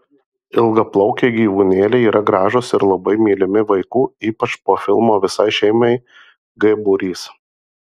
ilgaplaukiai gyvūnėliai yra gražūs ir labai mylimi vaikų ypač po filmo visai šeimai g būrys